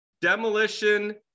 demolition